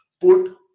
put